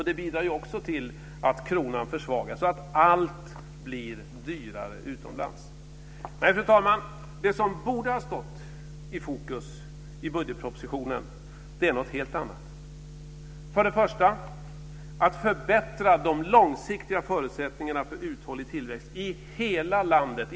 Det bidrar också till att kronan försvagas så att allt blir dyrare utomlands. Fru talman! Det som borde ha stått i fokus i budgetpropositionen är något helt annat. Först och främst gäller det att förbättra de långsiktiga förutsättningarna för uthållig tillväxt i hela landet.